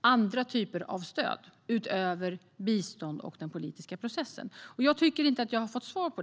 andra typer av stöd, utöver bistånd och den politiska processen. Jag tycker inte att jag har fått svar på detta.